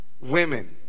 women